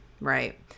right